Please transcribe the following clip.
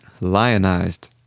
lionized